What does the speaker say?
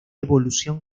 evolución